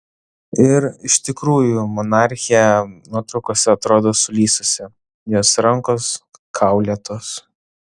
ir iš tikrųjų monarchė nuotraukose atrodo sulysusi jos rankos kaulėtos